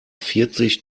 vierzig